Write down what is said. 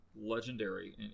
Legendary